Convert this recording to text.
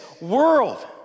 world